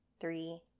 three